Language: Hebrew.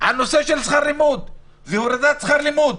על נושא של שכר לימוד והורדת שכר לימוד.